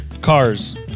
Cars